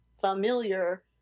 familiar